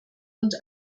und